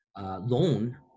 loan